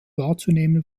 wahrzunehmen